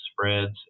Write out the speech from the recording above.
spreads